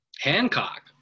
Hancock